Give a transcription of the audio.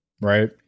right